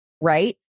right